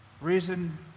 reason